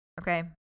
okay